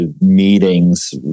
meetings